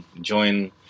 join